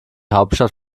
hauptstadt